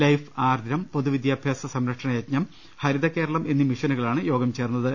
life Aardram പൊതുവിദ്യാഭ്യാസ സംരക്ഷണ യജ്ഞം ഹരിതകേരളം എന്നീ മിഷനുകളാണ് യോഗം ചേർന്നത്